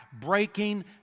breaking